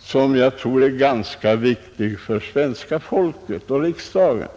som jag tror är ganska viktig för svenska folket och för riksdagen.